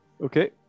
Okay